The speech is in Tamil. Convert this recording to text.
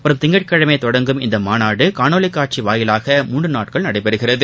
வரும் திங்கட்கிழமை தொடங்கும் இந்த மாநாடு காணொலி காட்சி வாயிலாக மூன்று நாட்கள் நடைபெறுகிறது